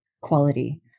quality